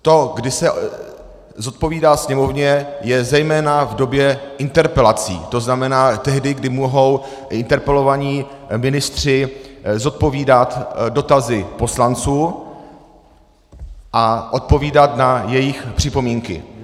To, kdy se zodpovídá Sněmovně, je zejména v době interpelací, to znamená tehdy, kdy mohou interpelovaní ministři zodpovídat dotazy poslanců a odpovídat na jejich připomínky.